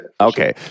Okay